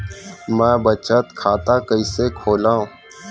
मै बचत खाता कईसे खोलव?